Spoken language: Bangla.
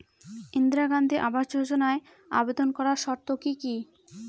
ইন্দিরা গান্ধী আবাস যোজনায় আবেদন করার শর্ত কি কি?